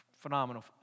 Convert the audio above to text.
Phenomenal